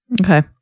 Okay